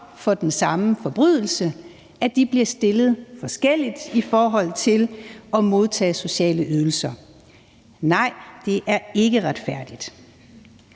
for den samme forbrydelse, bliver stillet forskelligt i forhold til at modtage sociale ydelser – og nej, det er ikke retfærdigt.